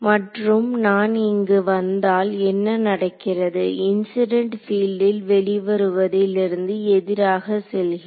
மற்றும் நான் இங்கு வந்தால் என்ன நடக்கிறது இன்சிடென்ட் பீல்டில் வெளிவருவதில் இருந்து எதிராக செல்கிறது